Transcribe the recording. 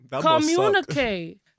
Communicate